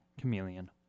Chameleon